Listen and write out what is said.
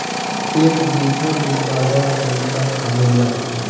एक बीघा में बारह मंडा आवेला